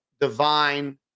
divine